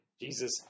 Jesus